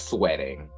Sweating